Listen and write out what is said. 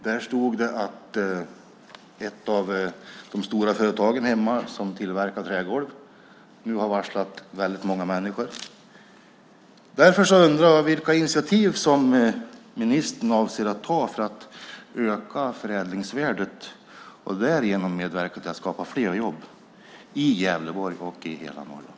Där stod det att ett av de stora företagen hemma som tillverkar trägolv nu har varslat väldigt många människor. Därför undrar jag vilka initiativ som ministern avser att ta för att öka förädlingsvärdet och därigenom medverka till att skapa fler jobb i Gävleborg och i hela Norrland.